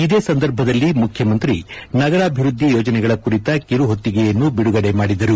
ಇದೇ ಸಂದರ್ಭದಲ್ಲಿ ಮುಖ್ಯಮಂತ್ರಿ ನಗರಾಭಿವೃದ್ದಿ ಯೋಜನೆಗಳ ಕುರಿತ ಕಿರುಹೊತ್ತಿಗೆಯನ್ನು ಬಿಡುಗಡೆ ಮಾಡಿದರು